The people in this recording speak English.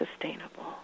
sustainable